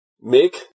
make